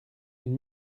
une